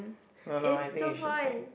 no no I think you should take